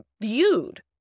viewed